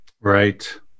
right